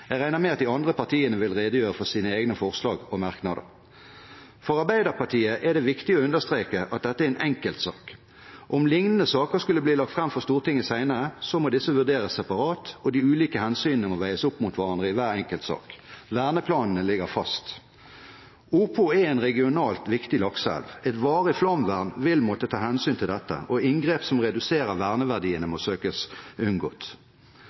Jeg regner med at de andre partiene vil redegjøre for sine egne forslag og merknader. For Arbeiderpartiet er det viktig å understreke at dette er en enkeltsak. Om liknende saker skulle bli lagt fram for Stortinget senere, må disse vurderes separat, og de ulike hensynene må veies opp mot hverandre i hver enkelt sak. Verneplanene ligger fast. Opo er en regionalt viktig lakseelv. Et varig flomvern vil måtte ta hensyn til dette, og inngrep som reduserer verneverdiene, må søkes unngått.